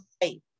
faith